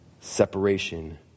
Separation